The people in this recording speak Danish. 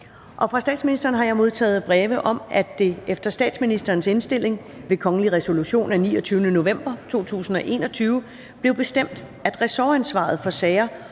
Fra statsministeren har jeg modtaget breve om, at det efter statsministerens indstilling ved kongelig resolution af 29. november 2021 blev bestemt, at ressortansvaret for sager